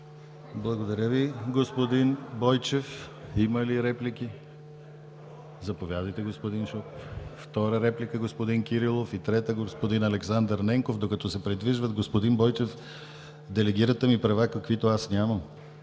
Благодаря Ви, господин Бойчев. Има ли реплики? Заповядайте, господин Шопов. Втора реплика – господин Кирилов, и трета – господин Александър Ненков. Докато се придвижват, господин Бойчев, делегирате ми права, каквито аз нямам.